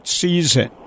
season